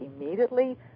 immediately